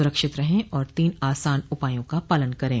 सुरक्षित रहें और तीन आसान उपायों का पालन करें